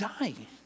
dying